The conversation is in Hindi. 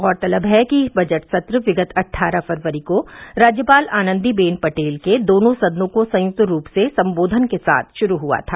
गौरतलब है कि बजट सत्र विगत अट्ठारह फरवरी को राज्यपाल आनंदीबेन पटेल के दोनों सदनों को संयुक्त रूप से संबोधन के साथ शुरू हुआ था